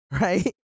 right